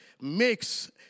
makes